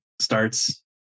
starts